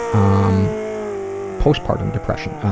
um post-partum depression.